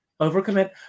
Overcommit